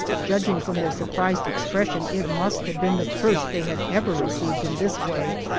judging from their surprised expression it must have been the first they had ever received in this way.